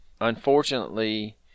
unfortunately